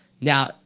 Now